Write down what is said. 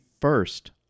first